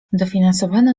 dofinansowano